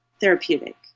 therapeutic